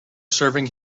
serving